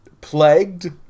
plagued